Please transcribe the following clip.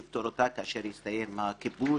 נפתור אותה כאשר יסתיים הכיבוש,